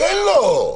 תן לו.